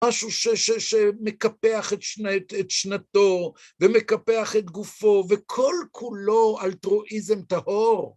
משהו שמקפח את שנתו, ומקפח את גופו, וכל כולו אלטרואיזם טהור.